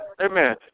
Amen